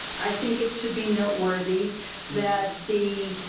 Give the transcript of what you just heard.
i think it should be noteworthy that the,